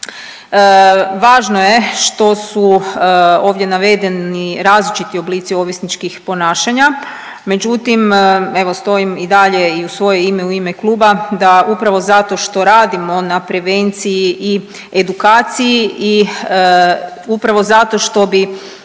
Važno je što su ovdje navedeni različiti oblici ovisničkih ponašanja, međutim, evo stojim i dalje i u svoje ime, u ime kluba da upravo zato što radimo na prevenciji i edukaciji i upravo zato što bi